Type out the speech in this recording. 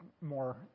more